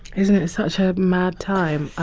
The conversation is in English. isn't it such a mad time?